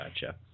Gotcha